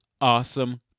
awesome